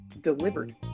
delivered